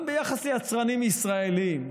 גם ביחס ליצרנים ישראליים,